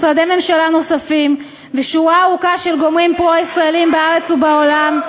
משרדי ממשלה נוספים ושורה ארוכה של גורמים פרו-ישראליים בארץ ובעולם,